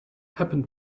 happened